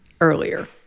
earlier